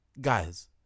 guys